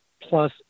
plus